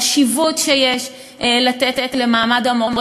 החשיבות שיש לתת למעמד המורה,